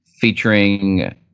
featuring